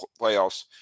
playoffs